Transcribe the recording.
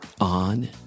on